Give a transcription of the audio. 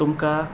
तुमकां